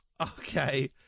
Okay